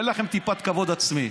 אין לכם טיפת כבוד עצמי.